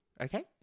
Okay